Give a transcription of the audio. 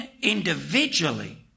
individually